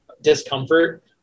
discomfort